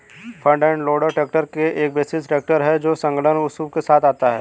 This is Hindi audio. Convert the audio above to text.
फ्रंट एंड लोडर ट्रैक्टर एक विशेष ट्रैक्टर है जो संलग्न स्कूप के साथ आता है